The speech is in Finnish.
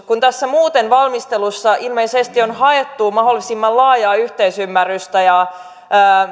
kun muuten tässä valmistelussa ilmeisesti on haettu mahdollisimman laajaa yhteisymmärrystä ja